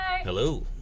Hello